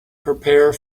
prepare